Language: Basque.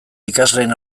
ikasleen